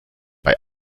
bei